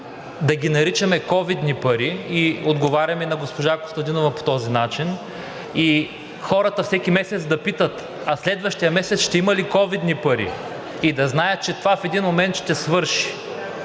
да ги наричаме ковидни пари – отговарям и на госпожа Костадинова по този начин, и хората всеки месец да питат: „А следващия месец ще има ли ковидни пари?“, и да знаят, че това в един момент ще свърши.